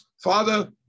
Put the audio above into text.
Father